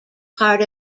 part